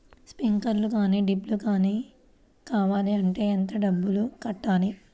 Sprinkler కానీ డ్రిప్లు కాని కావాలి అంటే ఎంత డబ్బులు కట్టాలి?